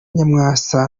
nyamwasa